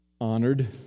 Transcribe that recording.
honored